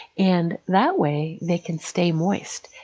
and that way they can stay moist.